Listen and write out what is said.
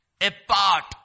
apart